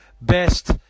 best